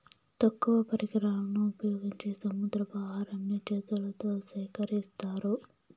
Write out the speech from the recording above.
తక్కువ పరికరాలను ఉపయోగించి సముద్రపు ఆహారాన్ని చేతులతో సేకరిత్తారు